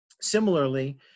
similarly